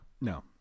no